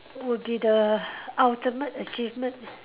would be the ultimate achievement